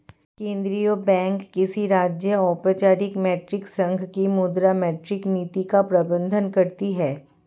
केंद्रीय बैंक किसी राज्य, औपचारिक मौद्रिक संघ की मुद्रा, मौद्रिक नीति का प्रबन्धन करती है